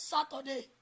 Saturday